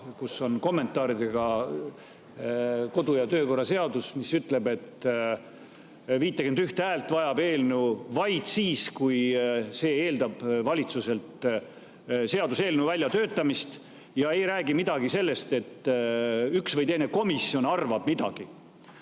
raamat, kommentaaridega kodu- ja töökorra seadus, mis ütleb, et [vähemalt] 51 häält vajab eelnõu vaid siis, kui see eeldab valitsuselt seaduseelnõu väljatöötamist, ja ei räägi midagi sellest, et üks või teine komisjon arvab midagi?